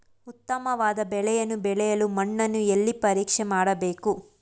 ಉತ್ತಮವಾದ ಬೆಳೆಯನ್ನು ಬೆಳೆಯಲು ಮಣ್ಣನ್ನು ಎಲ್ಲಿ ಪರೀಕ್ಷೆ ಮಾಡಬೇಕು?